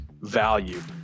value